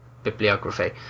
Bibliography